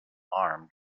arm